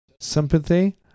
sympathy